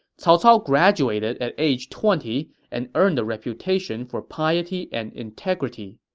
cao cao graduated at age twenty and earned a reputation for piety and integrity.